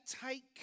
Take